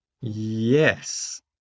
Yes